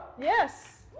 Yes